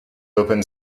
open